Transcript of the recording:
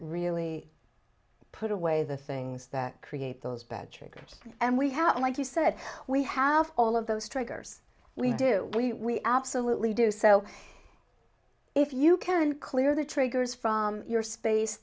really put away the things that create those bad triggers and we have like you said we have all of those triggers we do we absolutely do so if you can clear the triggers from your space